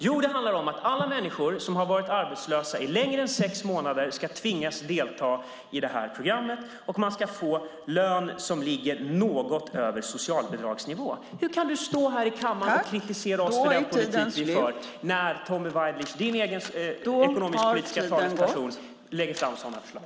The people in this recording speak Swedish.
Jo, det handlar om att alla människor som har varit arbetslösa i längre än sex månader ska tvingas delta i ett program, och man ska få lön som ligger något över socialbidragsnivån. Hur kan du stå här i kammaren och kritisera oss för den politik vi fört när Tommy Waidelich, din egen ekonomisk-politisk talesperson, lägger fram sådana förslag?